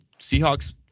Seahawks